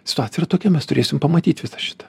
situacija yra tokia mes turėsim pamatyt visą šitą